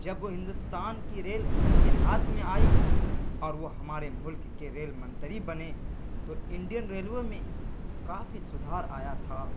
جب وہ ہندوستان کی ریل ان کے ہاتھ میں آئی اور وہ ہمارے ملک کے ریل منتری بنے تو انڈین ریلوے میں کافی سدھار آیا تھا